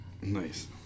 Nice